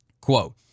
Quote